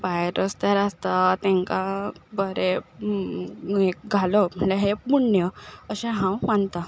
भायर रस्त्यार आसता तेंकां बरें हें करप घालप म्हणल्यार हें पुण्य अशें हांव मानतां